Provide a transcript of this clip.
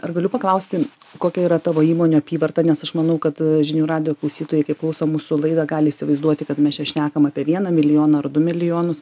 ar galiu paklausti kokia yra tavo įmonių apyvarta nes aš manau kad žinių radijo klausytojai kai klauso mūsų laidą gali įsivaizduoti kad mes čia šnekam apie vieną milijoną ar du milijonus